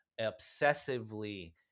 obsessively